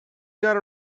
got